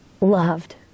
loved